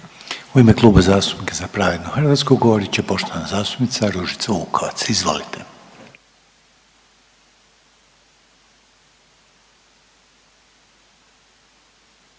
u ime Kluba zastupnika Za pravednu Hrvatsku govoriti poštovana zastupnica Ružica Vukovac. Izvolite.